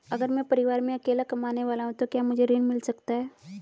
अगर मैं परिवार में अकेला कमाने वाला हूँ तो क्या मुझे ऋण मिल सकता है?